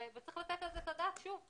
וצריך לתת על זה את הדעת שוב,